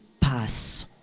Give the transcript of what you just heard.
pass